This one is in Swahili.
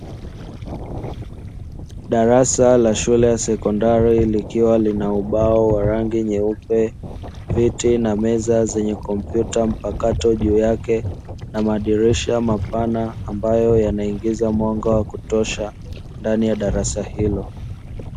Darasa la shule ya sekondari likiwa lina ubao wa rangi nyeupe, viti na meza zenye kompyuta mpakato juu yake, na madirisha mapana, ambayo yanaingiza mwanga wa kutosha ndani ya darasa hilo.